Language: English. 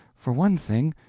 for one thing,